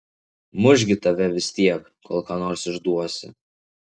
muš gi tave vis tiek kol ką nors išduosi